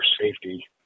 safety